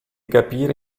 capire